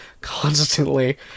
constantly